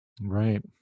Right